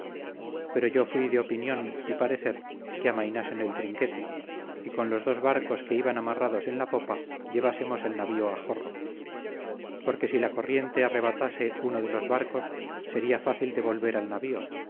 pero yo fui de opinión y parecer que amainasen el trinquete y con los dos barcos que iban amarrados en la popa llevásemos el navío a jorro porque si la corriente arrebatase uno de los barcos sería fácil de volver al navío